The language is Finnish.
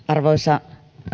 arvoisa